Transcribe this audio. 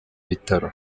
bitaro